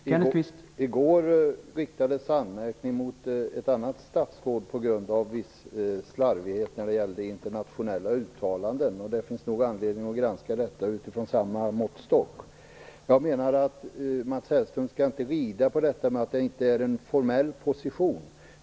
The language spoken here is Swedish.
Herr talman! I går riktades anmärkning mot ett annat statsråd på grund av vissa slarviga internationella uttalanden. Det finns nog anledning att granska detta utifrån samma måttstock. Jag menar att Mats Hellström inte skall rida på detta att det inte är en formell position.